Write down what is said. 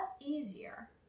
easier